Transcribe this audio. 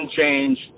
change